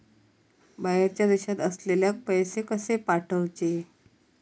बाहेरच्या देशात असलेल्याक पैसे कसे पाठवचे?